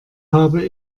habe